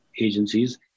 agencies